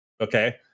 Okay